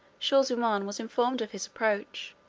shaw-zummaun was informed of his approach,